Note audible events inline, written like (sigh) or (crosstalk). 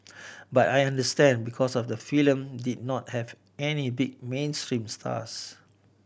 (noise) but I understand because of the film did not have any big mainstream stars